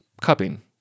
Cupping